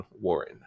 Warren